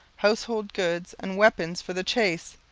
household goods, and weapons for the chase,